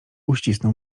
uścisnął